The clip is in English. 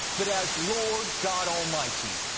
but as lord god almighty.